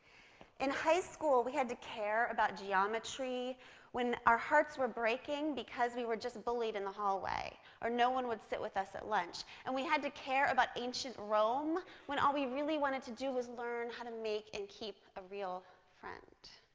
in high school, we had to care about geometry when our hearts were breaking because we were just bullied in the hallway, or no one would sit with us at lunch, and we had to care about ancient rome when all we really wanted to do was learn how to make and keep a real friend.